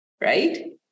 right